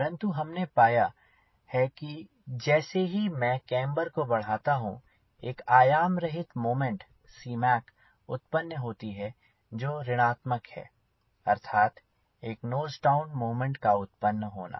परंतु हमने पाया है कि जैसे ही मैं केम्बर को बढ़ाता हूँ एक आयाम रहित मोमेंट C mac उत्पन्न होती है जो ऋणात्मक है अर्थात एक नोज डाउन मोमेंट का उत्पन्न होना